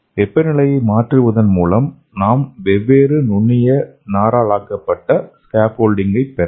வெப்பநிலையை மாற்றுவதன் மூலம் நாம் வெவ்வேறு நுண்ணிய நாரால் ஆக்கப்பட்ட ஸ்கேஃபோல்டிங்கை பெறலாம்